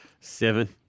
seven